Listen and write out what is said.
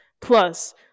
Plus